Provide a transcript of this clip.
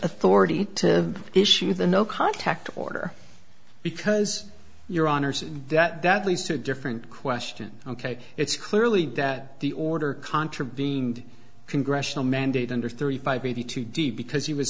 authority to issue the no contact order because your honor says that that leads to a different question ok it's clearly that the order contravened congressional mandate under thirty five eighty two d because he was